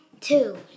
two